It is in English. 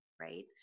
right